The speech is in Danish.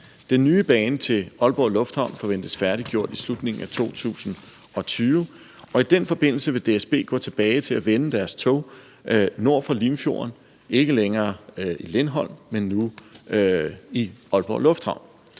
Den nye bane til Aalborg Lufthavn forventes færdiggjort i slutningen af 2020, og i den forbindelse vil DSB gå tilbage til at vende deres tog nord for Limfjorden og ikke længere ved Lindholm, men i Aalborg Lufthavn.